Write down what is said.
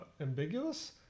ambiguous